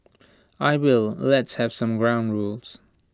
I will let's have some ground rules